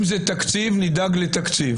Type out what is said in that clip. אם זה תקציב, נדאג לתקציב.